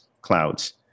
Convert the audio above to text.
clouds